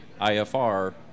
IFR